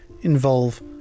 involve